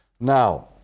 Now